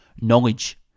Knowledge